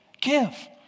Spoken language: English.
Give